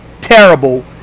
terrible